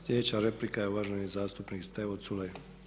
Slijedeća replika je uvažen zastupnik Stevo Culej.